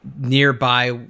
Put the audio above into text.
Nearby